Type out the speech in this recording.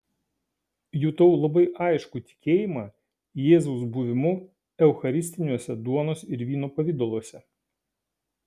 jutau labai aiškų tikėjimą jėzaus buvimu eucharistiniuose duonos ir vyno pavidaluose